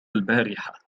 البارحة